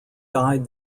died